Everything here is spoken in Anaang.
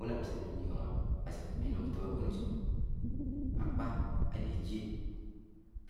Únám śe ãmi̱ ńliọńọ aséké am̃a̱ ínám út́ọm áḱpá áde, ejiéd